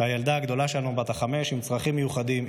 כשהילדה הגדולה שלנו בת החמש עם צרכים מיוחדים,